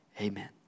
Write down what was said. Amen